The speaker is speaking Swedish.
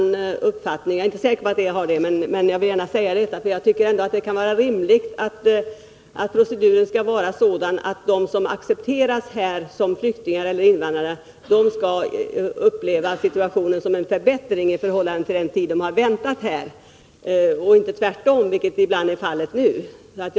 Det är möjligt att jag Nr 38 har en uppfattning som något skiljer sig från Per Arne Aglerts, men jag tycker att det kan vara rimligt att proceduren är sådan att de som accepteras som flyktingar eller invandrare skall uppleva detta som en förbättring av situationen i förhållande till hur den var under väntetiden och inte tvärtom, vilket ibland är fallet i dag.